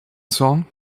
song